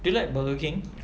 do you like burger king